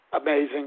amazing